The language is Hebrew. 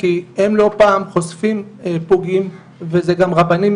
כי הם לא פעם חושפים פוגעים וזה גם רבנים